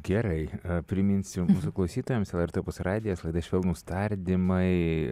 gerai priminsiu mūsų klausytojams lrt opus radijas laida švelnūs tardymai